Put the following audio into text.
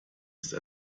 ist